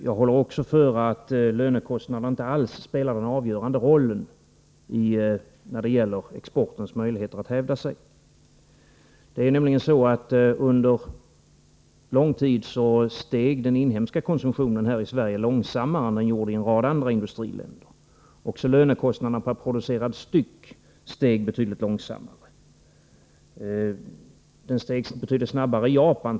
Jag håller också före att lönekostnaderna inte alls spelade den avgörande rollen för exportens möjligheter att hävda sig. Under lång tid steg nämligen den inhemska konsumtionen här i Sverige långsammare än i en rad andra industriländer. Också lönekostnaderna per producerad styck steg betydligt långsammare. Dessa kostnader ökade avsevärt snabbare i t.ex. Japan.